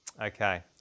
Okay